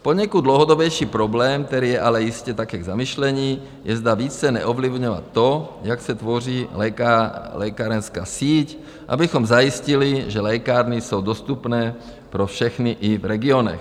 Poněkud dlouhodobější problém, který je ale jistě taky k zamyšlení, je, zda více neovlivňovat to, jak se tvoří lékárenská síť, abychom zajistili, že lékárny jsou dostupné pro všechny i v regionech.